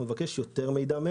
מכל הנזכרים נבקש יותר מידע.